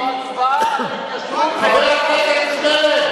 זו הצבעה על ההתיישבות,